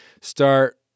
start